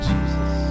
Jesus